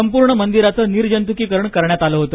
संपूर्ण मंदिराच निर्जंतुकीकरण करण्यात आल आहे